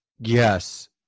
Yes